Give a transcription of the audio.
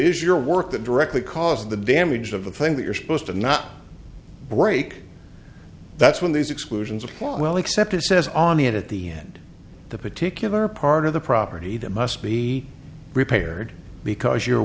is your work that directly caused the damage of the thing that you're supposed to not break that's when these exclusions apply well except it says on it at the end the particular part of the property that must be repaired because your